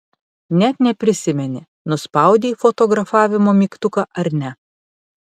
net neprisimeni nuspaudei fotografavimo mygtuką ar ne